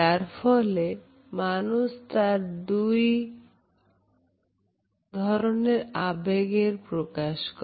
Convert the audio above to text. যার ফলে মানুষ তার মুখে দুই ধরনের আবেগের প্রকাশ করে